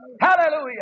Hallelujah